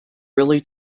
really